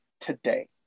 today